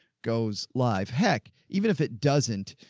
goes live, heck, even if it doesn't,